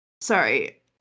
Sorry